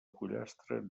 pollastre